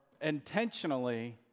intentionally